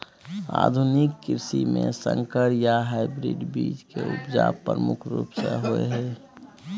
आधुनिक कृषि में संकर या हाइब्रिड बीज के उपजा प्रमुख रूप से होय हय